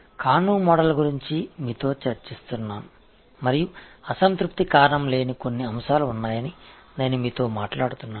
கனோ மாதிரியைப் பற்றி நான் உங்களுடன் விவாதித்துக்கொண்டிருந்தேன் டிசேடிஸ்ஃபேக்ஷனை ஏற்படுத்தாத சில காரணிகள் உள்ளன என்று நான் உங்களுடன் பேசிக்கொண்டிருந்தேன்